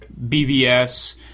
BVS